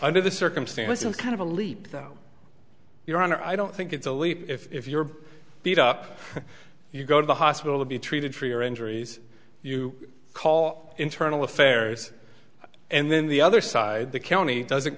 under the circumstances is kind of a leap that your honor i don't think it's a leap if you're beat up you go to the hospital to be treated for your injuries you call internal affairs and then the other side the county doesn't